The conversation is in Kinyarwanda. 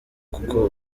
kuko